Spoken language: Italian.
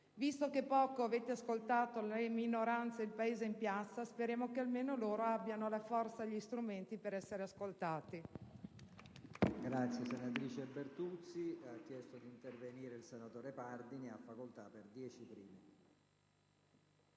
Visto che poco avete ascoltato le minoranze e il Paese in piazza, speriamo che almeno loro abbiano la forza e gli strumenti per essere ascoltati.